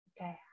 Okay